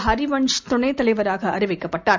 ஹரிவன்ஷ் துணைத் தலைவராக அறிவிக்கப்பட்டார்